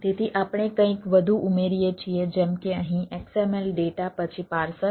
તેથી આપણે કંઈક વધુ ઉમેરીએ છીએ જેમ કે અહીં XML ડેટા પછી પાર્સર